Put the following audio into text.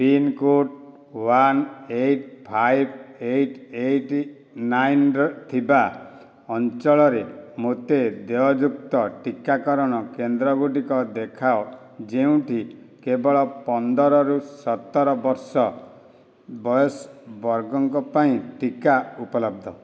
pincode one eight five eight eight ନାଇନରେ ଥିବା ଅଞ୍ଚଳରେ ମୋତେ ଦେୟଯୁକ୍ତ ଟିକାକରଣ କେନ୍ଦ୍ରଗୁଡ଼ିକ ଦେଖାଅ ଯେଉଁଠି କେବଳ ପନ୍ଦରରୁ ସତର ବର୍ଷ ବୟସ ବର୍ଗଙ୍କ ପାଇଁ ଟିକା ଉପଲବ୍ଧ